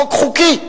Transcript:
חוק חוקי,